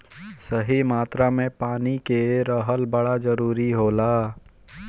सही मात्रा में पानी के रहल बड़ा जरूरी होला